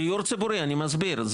דיור ציבורי אני מסביר,